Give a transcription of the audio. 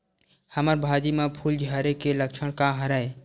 हमर भाजी म फूल झारे के लक्षण का हरय?